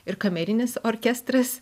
ir kamerinis orkestras